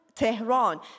Tehran